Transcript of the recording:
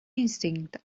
instinct